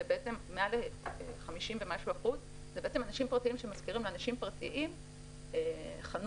מעל כ-50% זה אנשים פרטיים שמשכירים לאנשים פרטיים חנות